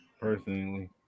personally